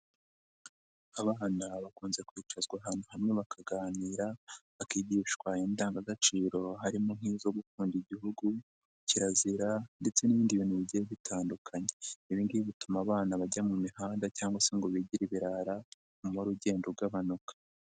Abana bakunze kwicazwa ahantu hamwe bakaganira bakigishwa indangagaciro harimo nk'inzo gukunda igihugu, kirazira, ndetse n'ibindi bintu bigiye bitandukanye ,ibi ngibif bituma abana bajya mu mihanda cyangwa se ngo bigire ibirara umubare ugenda ugabanuka.